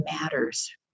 matters